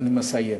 אני מסיים.